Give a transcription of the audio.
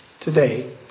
today